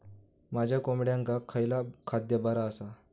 माझ्या कोंबड्यांका खयला खाद्य बरा आसा?